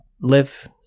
live